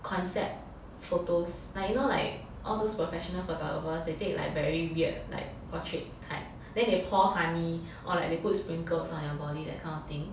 concept photos like you know like all those professional photographers they take like very weird like portrait type then they pour honey or like they put sprinkles on your body that kind of thing